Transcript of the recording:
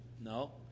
No